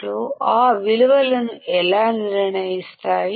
మీకు అవి ఇచ్చినప్పుడు వాటి విలువను ఎలా తెలుసుకుంటారు